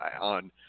on